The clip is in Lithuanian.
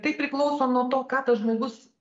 tai priklauso nuo to ką tas žmogus